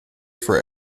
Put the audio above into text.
for